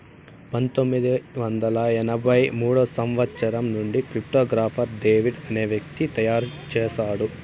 పంతొమ్మిది వందల ఎనభై మూడో సంవచ్చరం నుండి క్రిప్టో గాఫర్ డేవిడ్ అనే వ్యక్తి తయారు చేసాడు